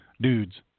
dudes